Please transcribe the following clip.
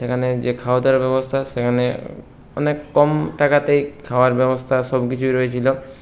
সেখানে যে খাওয়া দাওয়ার ব্যবস্থা সেখানে অনেক কম টাকাতেই খাওয়ার ব্যবস্থা সবকিছুই হয়েছিলো